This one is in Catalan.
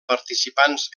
participants